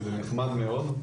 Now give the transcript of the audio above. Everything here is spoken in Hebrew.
שזה נחמד מאוד,